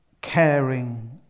caring